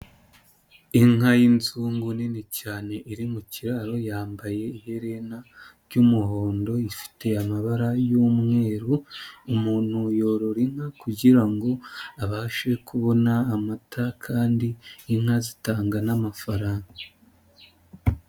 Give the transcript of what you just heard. Inka y'inzungu nini cyane iri mu kiraro yambaye iherena ry'umuhondo, ifite amabara y'umweru, umuntu yorora inka kugira ngo abashe kubona amata kandi inka zitanga n'amafaranga.